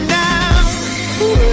now